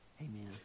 Amen